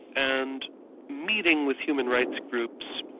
and meeting with human rights groups.